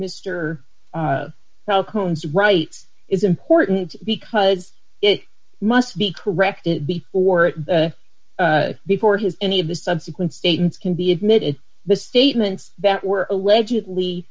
mr telephones rights is important because it must be corrected before it before his any of the subsequent statements can be admitted the statements that were allegedly